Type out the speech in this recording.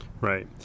Right